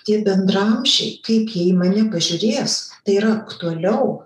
tie bendraamžiai kaip jie į mane pažiūrės tai yra aktualiau